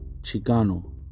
Chicano